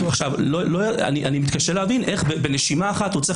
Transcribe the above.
אני מתקשה להבין איך בנשימה אחת הוא צריך